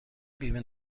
بیمه